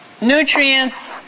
nutrients